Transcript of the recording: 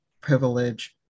privilege